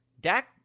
Dak